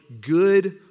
Good